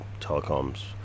telecoms